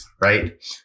Right